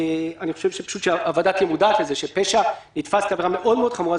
חשוב שהוועדה תהיה מודעת לזה שפשע שנתפס כעבירה מאוד חמורה,